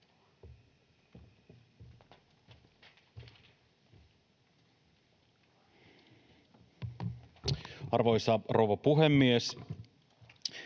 Arvoisa rouva puhemies!